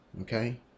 Okay